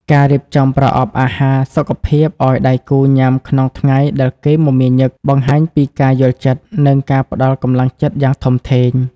ការរៀបចំប្រអប់អាហារសុខភាពឱ្យដៃគូញ៉ាំក្នុងថ្ងៃដែលគេមមាញឹក បង្ហាញពីការយល់ចិត្ត និងការផ្ដល់កម្លាំងចិត្តយ៉ាងធំធេង។